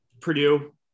Purdue